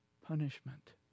punishment